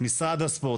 משרד האוצר,